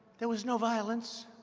there was no violence.